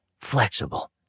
flexible